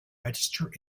register